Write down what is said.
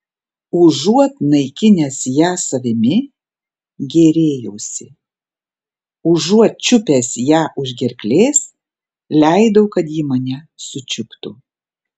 užuot naikinęs ją savimi gėrėjausi užuot čiupęs ją už gerklės leidau kad ji mane sučiuptų